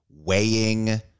Weighing